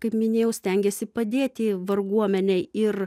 kaip minėjau stengėsi padėti varguomenei ir